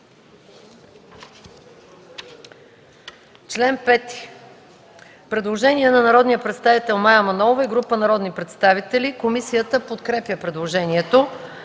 Член 5. Предложение на народния представител Мая Манолова и група народни представители. Комисията подкрепя предложението.